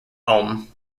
ulm